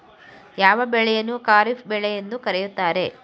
ಯಾವ ಬೆಳೆಯನ್ನು ಖಾರಿಫ್ ಬೆಳೆ ಎಂದು ಕರೆಯುತ್ತಾರೆ?